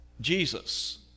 Jesus